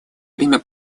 время